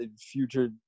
Future